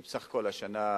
בסך הכול השנה,